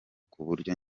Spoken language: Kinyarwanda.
kuburyo